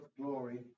glory